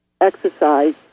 exercise